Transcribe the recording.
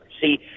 see